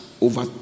over